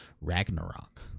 Ragnarok